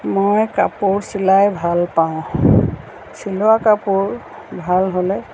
মই কাপোৰ চিলাই ভাল পাওঁ চিলোৱা কাপোৰ ভাল হ'লে